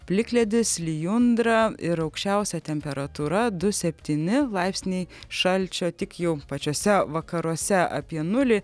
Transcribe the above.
plikledis lijundra ir aukščiausia temperatūra du septyni laipsniai šalčio tik jau pačiuose vakaruose apie nulį